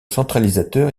centralisateur